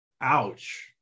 ouch